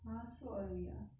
!huh! so early ah